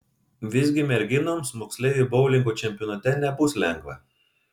visgi merginoms moksleivių boulingo čempionate nebus lengva